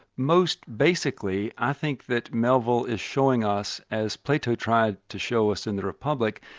most basically i think that melville is showing us as plato tried to show us in the republic,